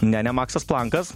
ne ne maksas plankas